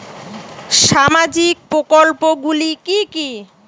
সামাজিক প্রকল্প গুলি কি কি?